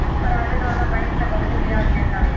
private वाला bank तअ बहुते बियाज लेत हवे